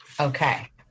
Okay